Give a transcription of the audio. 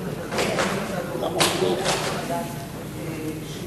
הצעת חוק זאת מוגשת יחד עם חברי חברי הכנסת יריב לוין ונחמן שי.